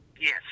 Yes